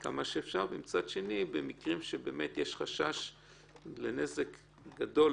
עד כמה שאפשר, ומצד שני, במקרים שיש חשש לנזק גדול